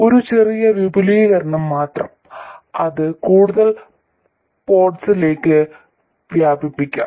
ഒരു ചെറിയ വിപുലീകരണം മാത്രം അത് കൂടുതൽ പോർട്സിസിലേക്ക് വ്യാപിപ്പിക്കാം